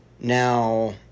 Now